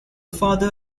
father